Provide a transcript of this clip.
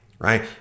Right